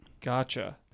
gotcha